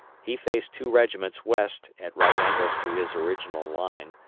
he faced two regiments west at right angles to his original line,